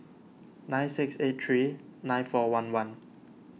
nine six eight three nine four one one